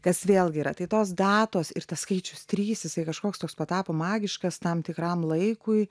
kas vėlgi yra tai tos datos ir tas skaičius trys jisai kažkoks toks patapo magiškas tam tikram laikui